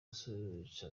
usobetse